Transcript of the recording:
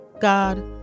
God